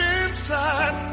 inside